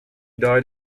died